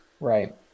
right